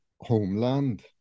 homeland